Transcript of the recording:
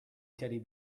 teddy